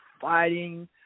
fighting